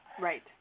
Right